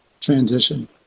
transition